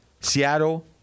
Seattle